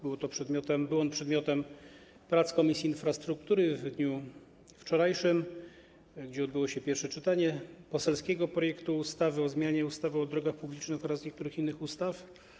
Był on przedmiotem prac Komisji Infrastruktury w dniu wczorajszym, gdzie odbyło się pierwsze czytanie poselskiego projektu ustawy o zmianie ustawy o drogach publicznych oraz niektórych innych ustaw.